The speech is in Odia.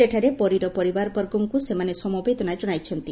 ସେଠାରେ ପରୀର ପରିବାର ବର୍ଗଙ୍କୁ ସେମାନେ ସମବେଦନା ଜଶାଇଛନ୍ତି